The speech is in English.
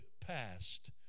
past